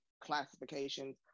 classifications